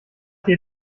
dir